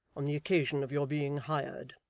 on the occasion of your being hired,